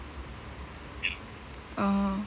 oh